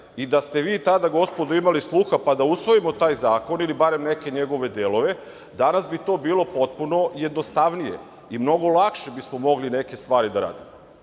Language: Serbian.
Da ste vi tada, gospodo, imali sluha, pa da usvojimo taj zakon ili barem neke njegove delove, danas bi to bilo potpuno jednostavnije i mnogo lakše bismo mogli neke stvari da radimo. Ja